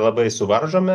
labai suvaržome